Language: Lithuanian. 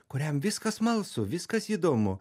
kuriam viskas smalsu viskas įdomu